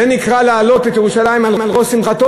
זה נקרא להעלות את ירושלים על ראש שמחתו?